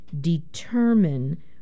determine